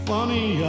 Funny